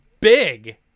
big